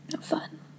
fun